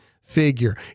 figure